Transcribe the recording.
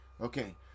Okay